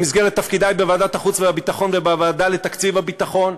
במסגרת תפקידי בוועדת החוץ והביטחון ובוועדה לתקציב הביטחון,